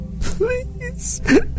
Please